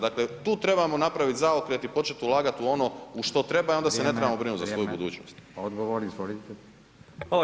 Dakle tu trebamo napraviti zaokret i početi ulagati u ono u što treba i onda se ne trebamo brinuti za svoju budućnost.